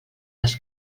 les